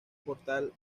portal